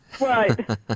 Right